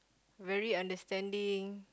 very understanding